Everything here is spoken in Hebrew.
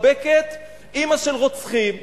מחבקת אמא של רוצחים,